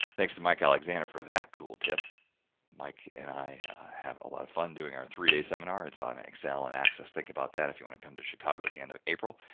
thanks to mike alexander, for that cool tip mike and i have a lot of fun doing our three-day seminar. it's on excel and access, think about that if you want to come to chicago at the end of april.